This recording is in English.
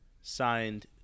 signed